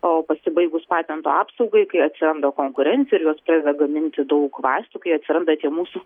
o pasibaigus patento apsaugai kai atsiranda konkurencija ir juos pradeda gaminti daug vaistų kai atsiranda tie mūsų